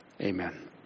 Amen